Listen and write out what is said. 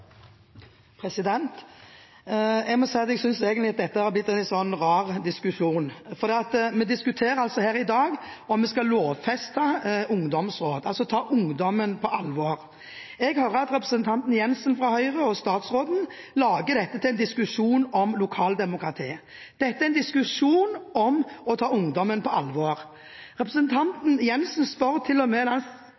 Jeg må si at jeg synes dette har blitt en litt rar diskusjon. Vi diskuterer her i dag om vi skal lovfeste ungdomsråd, altså ta ungdommen på alvor. Jeg hører at representanten Jenssen fra Høyre og statsråden lager dette til en diskusjon om lokaldemokratiet. Dette er en diskusjon om å ta ungdommen på alvor. Representanten